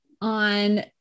on